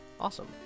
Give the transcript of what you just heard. Awesome